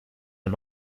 are